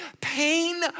pain